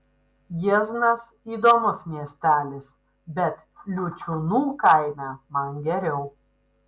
jieznas įdomus miestelis bet liučiūnų kaime man geriau